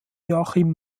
joachim